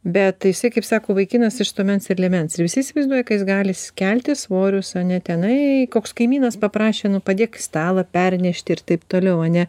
bet tai jisai kaip sako vaikinas iš stuomens ir liemens ir visi įsivaizduoja kas jis gali s kelti svorius ane tenai koks kaimynas paprašė nu padėk stalą pernešti ir taip toliau ane